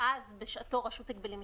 אז בשעתו רשות ההגבלים העסקיים,